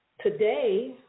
today